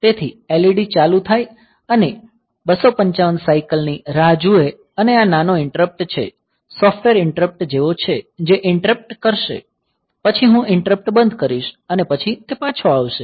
તેથી LED ચાલુ થાય અને 255 સાયકલ ની રાહ જુએ અને આ નાનો ઈંટરપ્ટ છે સોફ્ટવેર ઈંટરપ્ટ જેવો છે જે ઈંટરપ્ટ કરશે પછી હું ઈંટરપ્ટ બંધ કરીશ અને પછી તે પાછો આવશે